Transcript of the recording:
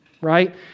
right